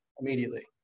immediately